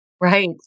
Right